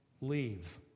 leave